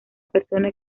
persona